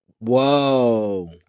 Whoa